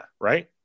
right